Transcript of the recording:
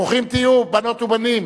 ברוכים תהיו, בנות ובנים.